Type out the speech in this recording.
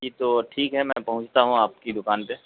جی تو ٹھیک ہے میں پہنچتا ہوں آپ کی دکان پہ